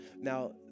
Now